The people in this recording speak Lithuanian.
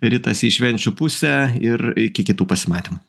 ritasi į švenčių pusę ir iki kitų pasimatymų